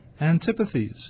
antipathies